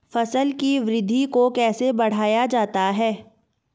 फसल की वृद्धि को कैसे बढ़ाया जाता हैं?